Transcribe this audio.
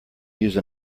use